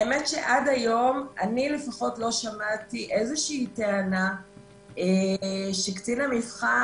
האמת היא שעד היום אני לפחות לא שמעתי איזושהי טענה שקצין המבחן